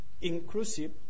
inclusive